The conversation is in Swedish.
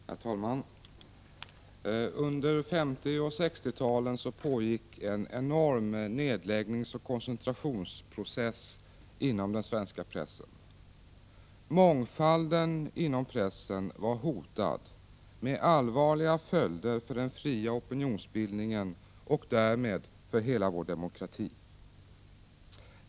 Herr talman! Under 1950 och 1960-talen pågick en enorm nedläggningsoch koncentrationsprocess inom den svenska pressen. Mångfalden inom pressen var hotad, med allvarliga följder för den fria opinionsbildningen och därmed för hela vår demokrati.